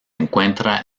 encuentra